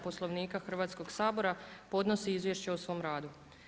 Poslovnika Hrvatskog sabor podnosi izvješće o svom radu.